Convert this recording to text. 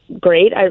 great